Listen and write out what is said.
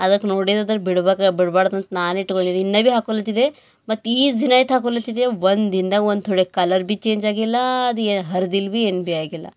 ಅದಕ್ಕೆ ನೋಡಿದಂದ್ರ ಬಿಡ್ಬೇಕು ಬಿಡ್ಬಾರ್ದಂತ ನಾನು ಇಟ್ಕೊಂದಿದ್ದೆ ಇನ್ನು ಬಿ ಹಾಕೊಳತ್ತಿದೇ ಮತ್ತು ಈಝಿನೈತ್ ಹಾಕೊಳತಿದೆ ಒಂದು ದಿನ್ದಗ ಒಂದು ಥೊಡೆ ಕಲರ್ ಬಿ ಚೇಂಜ್ ಆಗಿಲ್ಲಾ ಅದು ಏ ಹರ್ದಿಲ್ಲ ಬಿ ಏನು ಬಿ ಆಗಿಲ್ಲ